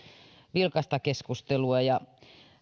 vilkasta keskustelua ja